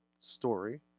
story